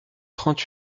trente